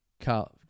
Carl